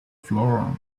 flora